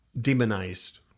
demonized